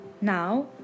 Now